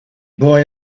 boy